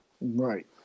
Right